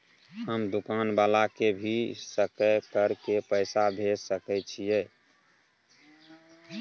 हम दुकान वाला के भी सकय कर के पैसा भेज सके छीयै?